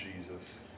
Jesus